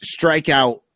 strikeout